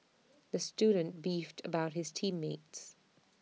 the student beefed about his team mates